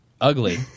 ugly